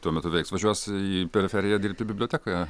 tuo metu veiks važiuos į periferiją dirbti bibliotekoje